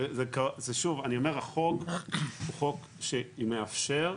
החוק הוא חוק שמאפשר,